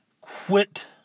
Quit